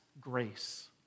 grace